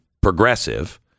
progressive